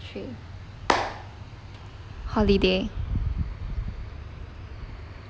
three holiday